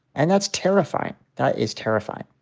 and that's terrifying. that is terrifying.